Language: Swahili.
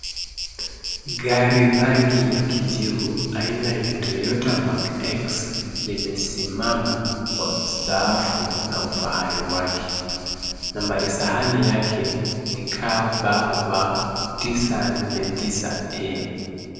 Gari rangi ya kijivu aina ya Toyota Mark X limesimama kwa ustaafu na ufahari wake. Nambari sahani yake ni KBV 949E.